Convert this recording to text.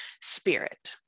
spirit